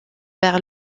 vers